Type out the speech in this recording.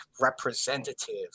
representative